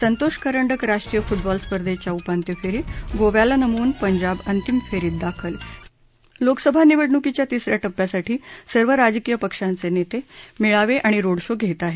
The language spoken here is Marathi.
संतोष करंडक राष्ट्रीय फुटबॉल स्पर्धेच्या उपात्यंफेरीत गोव्याला नमवून पंजाब अंतिम फेरीत दाखल लोकसभा निवडणुकीच्या तिसऱ्या टप्प्यासाठी सर्व राजकीय पक्षांचे नेते मेळावे आणि रोड शो घेत आहेत